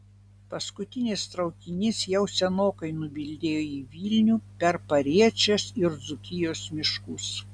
paskutinis traukinys jau senokai nubildėjo į vilnių per pariečės ir dzūkijos miškus